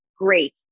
Great